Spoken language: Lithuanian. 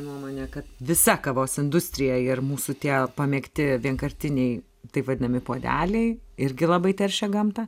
nuomonė kad visa kavos industrija ir mūsų tie pamėgti vienkartiniai taip vadinami puodeliai irgi labai teršia gamtą